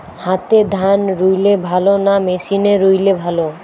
হাতে ধান রুইলে ভালো না মেশিনে রুইলে ভালো?